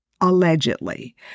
Allegedly